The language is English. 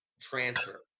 transfer